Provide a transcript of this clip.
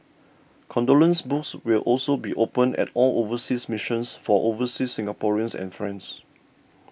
condolence books will also be opened at all overseas missions for overseas Singaporeans and friends